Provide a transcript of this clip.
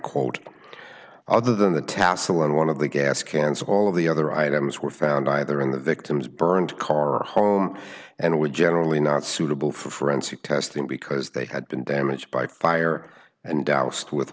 quote other than the tassel and one of the gas cans all of the other items were found either in the victim's burned car home and would generally not suitable for forensic testing because they had been damaged by fire and doused with